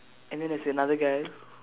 and then there's another guy